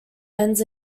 ends